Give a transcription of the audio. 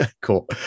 Cool